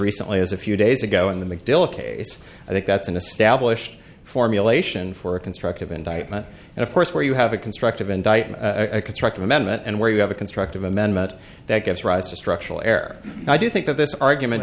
recently as a few days ago in the macdill case i think that's in a stablish formulation for a constructive indictment and of course where you have a constructive indictment a constructive amendment and where you have a constructive amendment that gives rise to structural err i do think that this argument